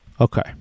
Okay